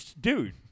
Dude